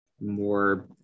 more